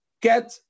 get